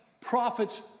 profits